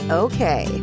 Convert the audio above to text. okay